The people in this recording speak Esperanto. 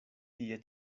tie